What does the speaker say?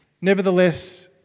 nevertheless